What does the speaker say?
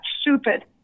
stupid